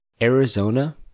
Arizona